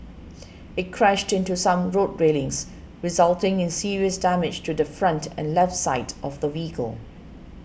it crashed into some road railings resulting in serious damage to the front and left side of the vehicle